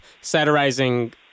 satirizing